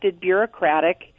bureaucratic